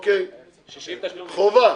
חובה,